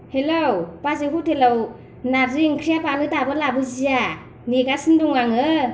hello बाजै हटेलाव नारजि ओंख्रिया मानो दाबो लाबोदिया नेगासिनो दं आङो